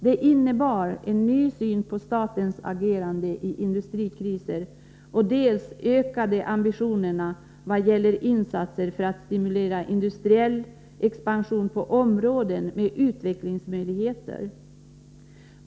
Det innebar en ny syn på statens agerande i industrikriser och ökade ambitioner vad gäller insatser för att stimulera industriell expansion på områden med utvecklingsmöjligheter.